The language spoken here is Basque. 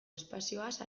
espazioaz